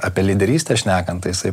apie lyderystę šnekant tai jisai